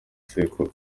sekuru